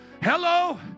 Hello